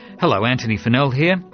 hello, antony funnell here,